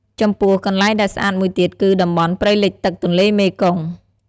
ចំពោះ កន្លែងដែលស្អាតមួយទៀតគឺ តំបន់ ព្រៃលិចទឹកទន្លេមេគង្គ។